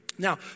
Now